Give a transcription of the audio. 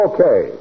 Okay